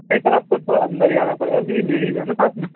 نہیں سر آپ کو تھوڑا اندر ہی آنا پڑے گا کیونکہ لیڈیز ہے نا ساتھ میں